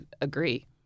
agree